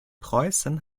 preußen